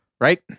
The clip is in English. right